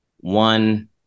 One